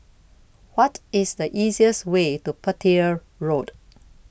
What IS The easiest Way to Petir Road